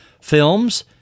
films